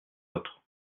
autre